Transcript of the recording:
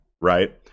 Right